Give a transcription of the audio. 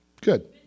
Good